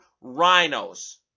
rhinos